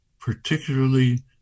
particularly